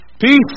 Peace